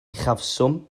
uchafswm